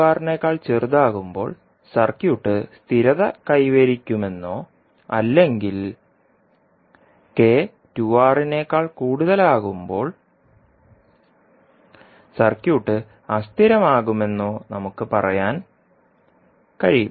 ആകുമ്പോൾ സർക്യൂട്ട് സ്ഥിരത കൈവരിക്കുമെന്നോ അല്ലെങ്കിൽ k 2R ആകുമ്പോൾ സർക്യൂട്ട് അസ്ഥിരമാകുമെന്നോ നമുക്ക് പറയാൻ കഴിയും